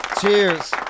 Cheers